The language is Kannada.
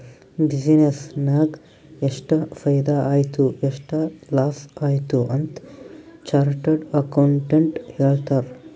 ಬಿಸಿನ್ನೆಸ್ ನಾಗ್ ಎಷ್ಟ ಫೈದಾ ಆಯ್ತು ಎಷ್ಟ ಲಾಸ್ ಆಯ್ತು ಅಂತ್ ಚಾರ್ಟರ್ಡ್ ಅಕೌಂಟೆಂಟ್ ಹೇಳ್ತಾರ್